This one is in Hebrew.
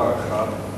דבר אחד.